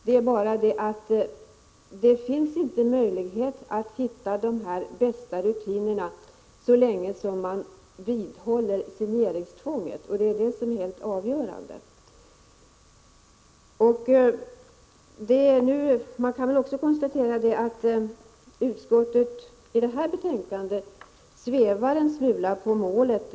Men det är inte möjligt att hitta de bästa rutinerna så länge som signeringstvånget behålls. Det är det som är helt avgörande. Vi kan konstatera att utskottet i betänkande nr 26 svävar en smula på målet.